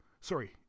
Sorry